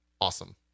awesome